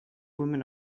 woman